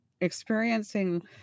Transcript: experiencing